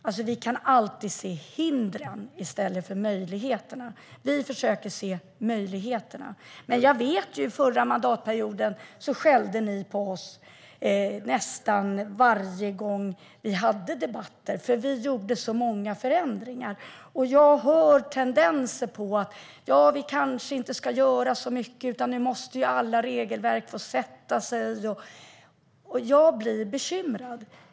Man kan alltid se hindren i stället för möjligheterna. Vi försöker se möjligheterna. Under förra mandatperioden skällde ni på oss nästan varje gång vi hade debatter för att vi gjorde så många förändringar. Jag hör sådana tendenser även nu. Vi kanske inte ska göra så mycket - nu måste alla regelverk få sätta sig, säger ni. Det gör mig bekymrad.